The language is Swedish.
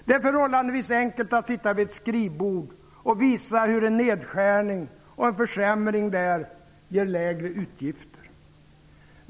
Det är förhållandevis enkelt att sitta vid ett skrivbord och visa hur en nedskärning här och en försämring där ger lägre utgifter.